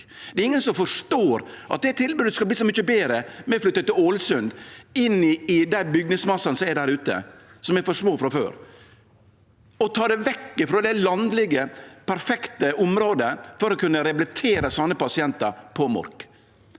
Det er ingen som forstår at det tilbodet skal verte så mykje betre med å flytte til Ålesund, i den bygningsmassen som er der, og som er liten frå før, og å ta det vekk frå det landlege, perfekte området for å kunne rehabilitere dei pasientane som